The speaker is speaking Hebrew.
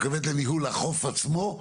את מתכוונת לניהול החוף עצמו?